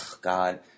God